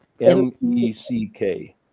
M-E-C-K